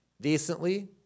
decently